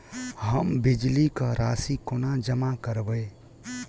हम बिजली कऽ राशि कोना जमा करबै?